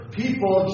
people